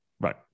Right